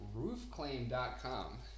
roofclaim.com